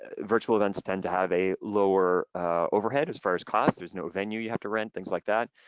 virtual events tend to have a lower overhead as far as cost, there's no venue, you have to rent things like that.